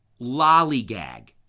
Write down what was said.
lollygag